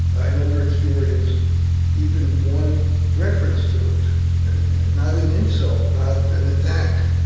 i never experienced even one reference to it not an insult, not an attack,